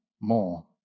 more